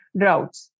droughts